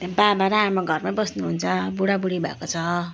त्याँ बाबा र आमा घरमै बस्नुहुन्छ बुढाबुढी भएको छ